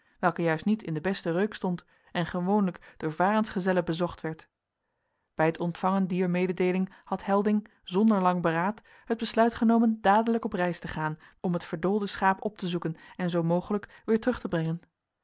welke juist niet in den besten reuk stond en gewoonlijk door varensgezellen bezocht werd bij het ontvangen dier mededeeling had helding zonder lang beraad het besluit genomen dadelijk op reis te gaan om het verdoolde schaap op te zoeken en zoo mogelijk weer terug te brengen